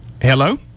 Hello